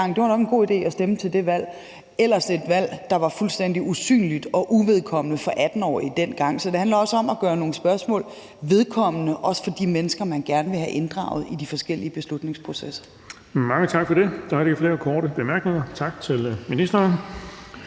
det var nok en god idé at stemme til det valg. Og det var ellers et valg, der var fuldstændig usynligt og uvedkommende for 18-årige dengang. Så det handler også om at gøre nogle spørgsmål vedkommende, også for de mennesker, man gerne vil have inddraget i de forskellige beslutningsprocesser.